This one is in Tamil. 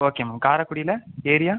ஓகே மேம் காரைக்குடில ஏரியா